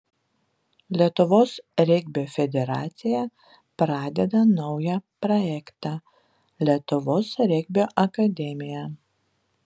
lietuvos regbio federacija pradeda naują projektą lietuvos regbio akademija